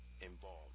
involved